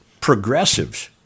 progressives